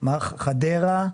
חדרה,